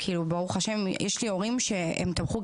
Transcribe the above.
ברוך השם יש לי הורים שתמכו.